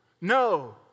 No